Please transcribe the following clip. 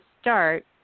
start